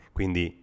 Quindi